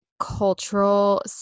cultural